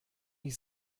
ich